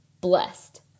blessed